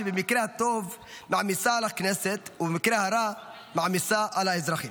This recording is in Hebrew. שבמקרה הטוב מעמיסה על הכנסת ובמקרה הרע מעמיסה על האזרחים.